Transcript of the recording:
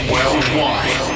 Worldwide